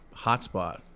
hotspot